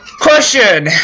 Question